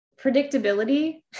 Predictability